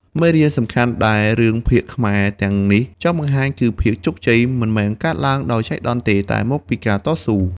មេរៀន សំខាន់ដែលរឿងភាគខ្មែរទាំងនេះចង់បង្ហាញគឺភាពជោគជ័យមិនមែនកើតឡើងដោយចៃដន្យទេ តែមកពីការតស៊ូ។